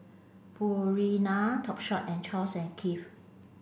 Purina Topshop and Charles and Keith